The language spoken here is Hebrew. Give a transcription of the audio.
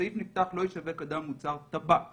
הסעיף נפתח: לא ישווק אדם מוצר טבק.